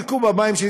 בקוב המים שלי,